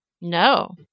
No